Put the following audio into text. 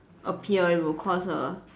appear it would cause a